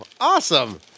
awesome